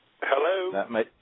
Hello